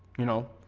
you know,